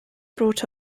brought